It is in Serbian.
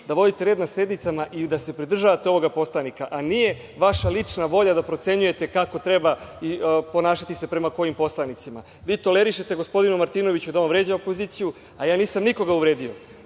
da vodite red na sednicama i da se pridržavate ovog Poslovnika, a nije vaša lična volja da procenjujete kako treba ponašati se prema kojim poslanicima. Vi tolerišete gospodinu Martinoviću da on vređa opoziciju, a ja nisam nikoga uvredio.